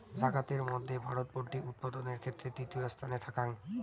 জাগাতের মধ্যে ভারত পোল্ট্রি উৎপাদানের ক্ষেত্রে তৃতীয় স্থানে থাকাং